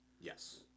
Yes